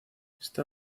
esta